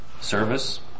service